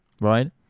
right